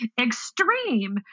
extreme